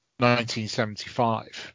1975